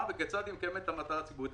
וכיצד היא מקיימת את המטרה הציבורית".